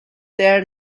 there